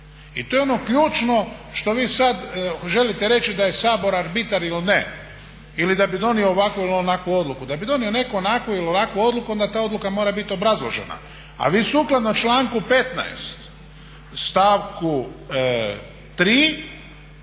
I to je ono ključno što vi sada želite reći da je Sabor arbitar ili ne ili da bi donio ovakvu ili onakvu odluku. Da bi donio netko ovakvu ili onakvu odluku onda ta odluka mora biti obrazložena. A vi sukladno članku 15.stavku